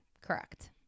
Correct